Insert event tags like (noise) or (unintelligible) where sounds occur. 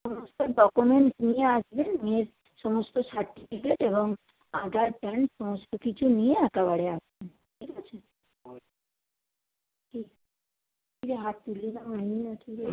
সমস্ত ডকুমেন্টস নিয়ে আসবেন নিয়ে সমস্ত সার্টিফিকেট এবং আধার প্যান সমস্ত কিছু নিয়ে একবারে আসবেন ঠিক আছে (unintelligible)